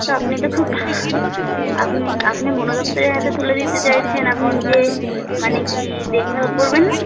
তা আপনি তো খুব ভা আপনি আপনি বন দপ্তরের হাতে তুলে দিতে চাইছেন আপনি নিজে মানে কী দেখভাল করবেন না